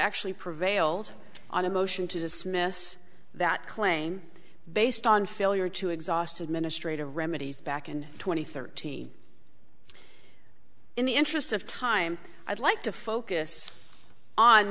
actually prevailed on a motion to dismiss that claim based on failure to exhaust administrative remedies back in two thousand and thirteen in the interest of time i'd like to focus on